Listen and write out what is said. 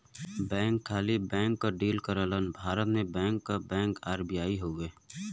bank खाली bank क deal करलन भारत में बैंक क बैंक आर.बी.आई हउवे